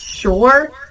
Sure